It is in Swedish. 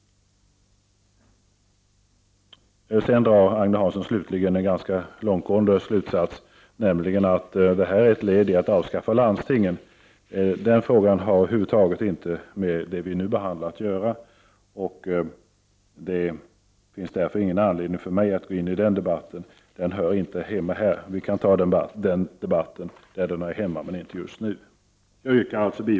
Sedan drar Agne Hansson en ganska långtgående slutsats, nämligen att detta förslag är ett led i att avskaffa landstingen. Den frågan har över huvud taget inte med det vi nu behandlar att göra. Det finns därför ingen anledning för mig att gå in i den debatten. Vi kan ta den debatten där den hör hemma, men inte just här. Herr talman!